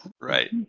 Right